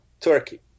Turkey